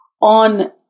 on